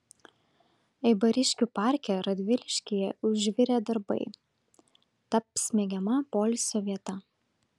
eibariškių parke radviliškyje užvirė darbai taps mėgiama poilsio vieta